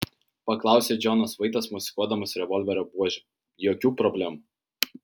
paklausė džonas vaitas mosikuodamas revolverio buože jokių problemų